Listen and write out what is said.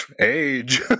age